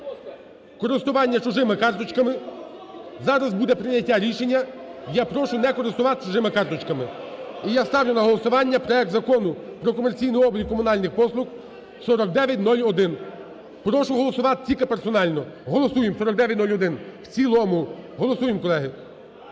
користування чужими карточками, зараз буде прийняття рішення, і я прошу не користуватися чужими карточками. І я ставлю на голосування проект Закону про комерційний облік комунальних послуг (4901), прошу голосувати тільки персонально. Голосуємо 4901 в цілому голосуємо, колеги.